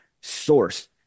source